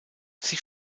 sie